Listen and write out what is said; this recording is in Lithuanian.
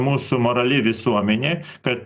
mūsų morali visuomenė kad